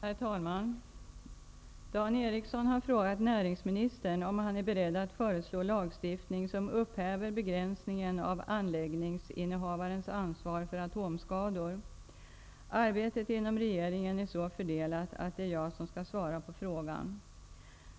Herr talman! Dan Ericsson i Kolmården har frågat näringsministern om han är beredd att föreslå lagstiftning som upphäver begränsningen av anläggningsinnehavarens ansvar för atomskador. Arbetet inom regeringen är så fördelat att det är jag som skall svara på frågan.